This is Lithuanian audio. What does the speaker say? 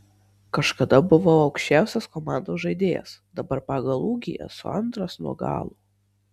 kažkada buvau aukščiausias komandos žaidėjas dabar pagal ūgį esu antras nuo galo